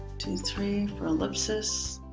two, three, for ellipsis.